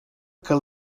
que